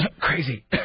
Crazy